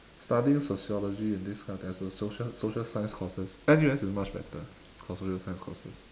studying sociology and this kind of thing as a social social science courses N_U_S is much better for social science courses